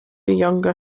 younger